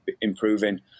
improving